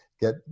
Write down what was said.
get